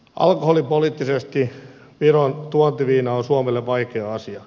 alkoholipoliittisesti viron tuontiviina on suomelle vaikea asia